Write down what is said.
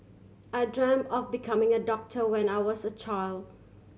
I dreamt of becoming a doctor when I was a child